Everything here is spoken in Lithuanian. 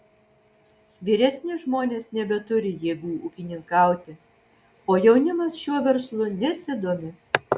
vyresni žmonės nebeturi jėgų ūkininkauti o jaunimas šiuo verslu nesidomi